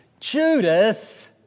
Judas